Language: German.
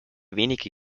wenige